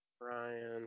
Ryan